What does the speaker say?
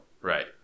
right